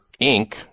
Inc